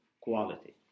quality